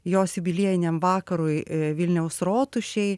jos jubiliejiniam vakarui vilniaus rotušėj